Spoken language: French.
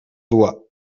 voix